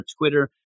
Twitter